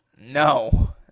No